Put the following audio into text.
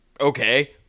okay